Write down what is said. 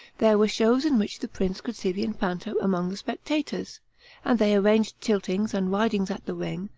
there were shows, in which the prince could see the infanta among the spectators and they arranged tiltings and ridings at the ring,